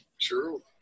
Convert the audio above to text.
True